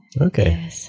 Okay